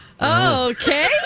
Okay